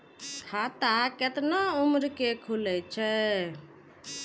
खाता केतना उम्र के खुले छै?